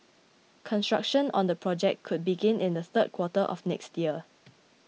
construction on the project could begin in the third quarter of next year